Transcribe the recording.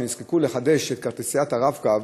שנזקקו לחדש את כרטיס הרב-קו,